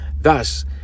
Thus